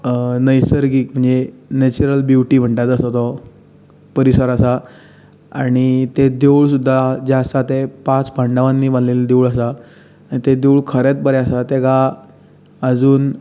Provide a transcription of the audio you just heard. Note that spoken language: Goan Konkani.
नैसर्गीक म्हणचे नेचरल ब्युटी म्हणटात तसो तो परिसर आसा आनी तें देवूळ सुद्दां जें आसा तें पांच पांडवांनी बांदलेलें देवूळ आसा आनी तें देवूळ खरेंच बरें आसा तेका आजून